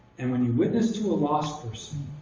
and when you witness to a lost person,